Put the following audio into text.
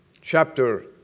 chapter